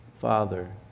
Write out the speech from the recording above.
Father